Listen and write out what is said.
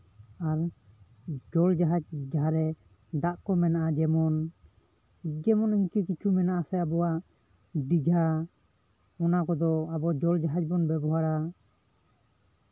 ᱟᱨ ᱫᱳᱞ ᱡᱟᱦᱟᱡ ᱡᱟᱦᱟᱸᱨᱮ ᱫᱟᱜ ᱠᱚ ᱢᱮᱱᱟᱜᱼᱟ ᱡᱮᱢᱚᱱ ᱤᱱᱠᱟᱹ ᱠᱤᱪᱷᱩ ᱢᱮᱱᱟᱜ ᱟᱥᱮ ᱟᱵᱚᱣᱟᱜ ᱫᱤᱜᱷᱟ ᱚᱱᱟ ᱠᱚᱫᱚ ᱟᱵᱚ ᱫᱳᱞ ᱡᱟᱦᱟᱡᱽ ᱵᱚᱱ ᱵᱮᱵᱚᱦᱟᱨᱟ